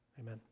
Amen